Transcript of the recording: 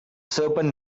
serpent